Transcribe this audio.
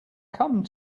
come